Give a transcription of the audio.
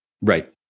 Right